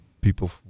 people